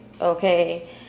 okay